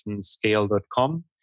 scale.com